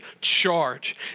charge